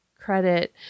credit